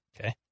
Okay